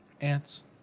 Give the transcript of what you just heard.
Ants